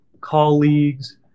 colleagues